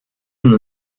been